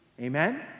Amen